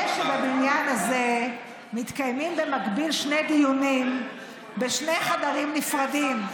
זה שבבניין הזה מתקיימים במקביל שני דיונים בשני חדרים נפרדים,